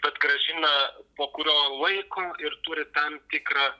bet grąžina po kurio laiko ir turi tam tikrą